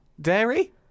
Dairy